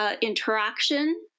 interaction